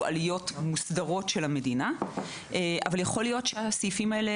עליות מוסדרות של המדינה אבל יכול להיות שהסעיפים האלה